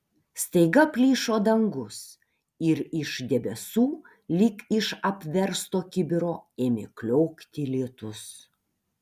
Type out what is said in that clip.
staiga plyšo dangus ir iš debesų lyg iš apversto kibiro ėmė kliokti lietus